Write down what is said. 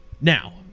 Now